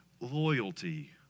loyalty